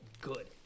good